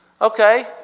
Okay